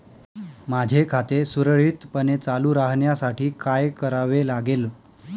माझे खाते सुरळीतपणे चालू राहण्यासाठी काय करावे लागेल?